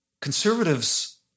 conservatives